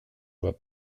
vois